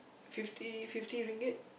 fifty fifty ringgit